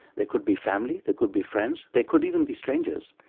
they could be family, they could be friends, they could even be strangers,